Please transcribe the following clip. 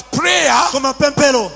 prayer